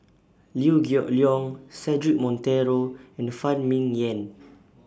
Liew Geok Leong Cedric Monteiro and Phan Ming Yen